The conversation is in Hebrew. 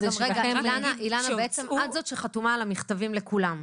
אילנה, את זאת שחתומה על המכתבים לכולם.